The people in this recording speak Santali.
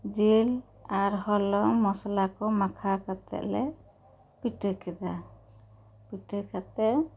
ᱡᱤᱞ ᱟᱨ ᱦᱚᱞᱚᱝ ᱢᱚᱥᱞᱟ ᱠᱚ ᱢᱟᱠᱷᱟᱣ ᱠᱟᱛᱮᱫ ᱞᱮ ᱯᱤᱴᱷᱟᱹ ᱠᱮᱫᱟ ᱯᱤᱴᱷᱟᱹ ᱠᱟᱛᱮᱫ